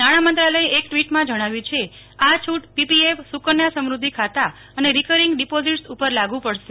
નાણાં મંત્રાલયે એક ટ્વીટમાં જણાવ્યું કે આ છૂટ પીપીએફ સુકન્યા સમૃઘ્યિ ખાતા અને રીકરીંગ ડીપોઝીટ્સ ઉપર લાગુ પડશે